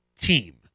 team